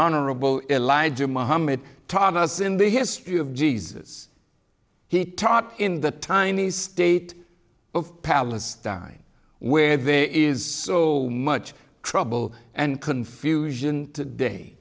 honorable elijah mohammed taught us in the history of jesus he taught in the tiny state of palestine where there is so much trouble and confusion today